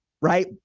right